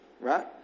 Right